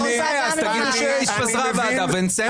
אז תגידו שהתפזרה הוועדה ונסיים את האירוע.